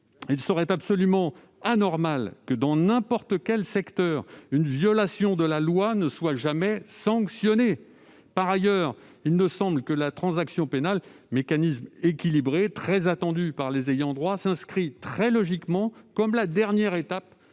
Il est absolument anormal, quel que soit le domaine, qu'une violation de la loi ne soit jamais sanctionnée ! Il me semble que la transaction pénale, un mécanisme équilibré très attendu par les ayants droit, s'inscrit très logiquement comme la dernière étape